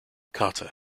carter